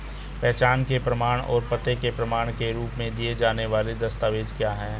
पहचान के प्रमाण और पते के प्रमाण के रूप में दिए जाने वाले दस्तावेज क्या हैं?